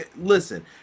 Listen